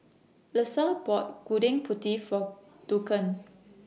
Lesa bought Gudeg Putih For Duncan